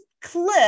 clip